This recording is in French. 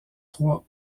trois